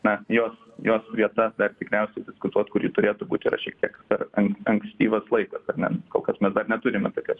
na jos jos vieta dar tikriausiai diskutuot kur ji turėtų būt yra šiek tiek per an ankstyvas laikas ar ne kol kas mes dar neturime tokios